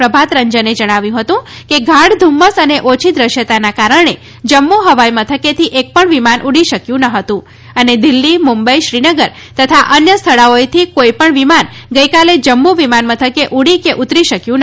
પ્રભાત રંજને જણાવ્યું હતું કે ગાઢ ધુમ્મસ અને ઓછી દ્રષ્યતાને કારણે જમ્મુ હવાઇ મથકેથી એક પણ વિમાન ઉડી શકયું નહતું અને દિલ્હી મુંબઇ શ્રીનગર તથા અન્ય સ્થળોએથી કોઇપણ વિમાન ગઇકાલે જમ્મુ વિમાન મથકે ઉડી કે ઉતરી શકયું ન હતું